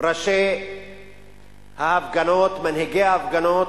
ראשי ההפגנות, מנהיגי ההפגנות,